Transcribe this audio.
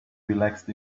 relaxed